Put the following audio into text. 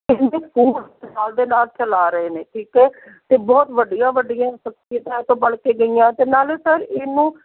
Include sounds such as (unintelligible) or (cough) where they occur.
(unintelligible) ਦੇ ਨਾਲ਼ ਚਲਾ ਰਹੇ ਨੇ ਠੀਕ ਹੈ ਅਤੇ ਬਹੁਤ ਵੱਡੀਆਂ ਵੱਡੀਆਂ ਸਖਸ਼ੀਅਤਾਂ ਇੱਥੋਂ ਪੜ੍ਹ ਕੇ ਗਈਆਂ ਅਤੇ ਨਾਲ਼ੇ ਸਰ ਇਹਨੂੰ